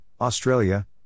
Australia